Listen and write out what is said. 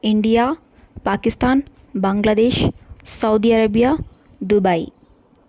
India Pakistan Bangladesh Saudi Arabia Dubai